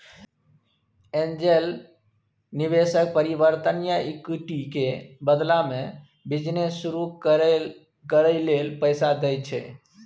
angel निवेशक परिवर्तनीय equity के बदला में बिजनेस शुरू करइ लेल पैसा दइ छै